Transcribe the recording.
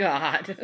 God